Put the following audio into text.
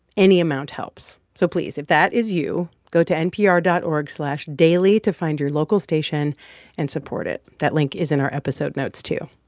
any amount helps. so please, if that is you, go to npr dot org slash daily to find your local station and support it. that link is in our episode notes, too.